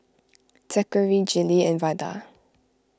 Zackary Gillie and Vada